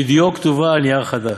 לדיו כתובה על נייר חדש,